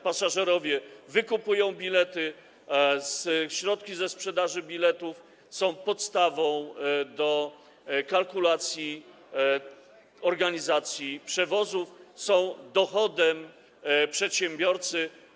Pasażerowie wykupują bilety, środki ze sprzedaży biletów są podstawą do kalkulacji organizacji przewozów, są dochodem przedsiębiorcy.